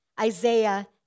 Isaiah